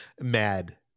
mad